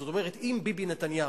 זאת אומרת: אם ביבי נתניהו